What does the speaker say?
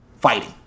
fighting